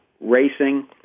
racing